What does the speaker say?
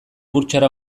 burtsara